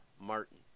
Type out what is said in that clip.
Martin